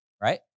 right